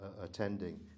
attending